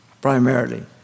primarily